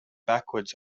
backwards